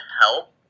help